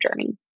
journey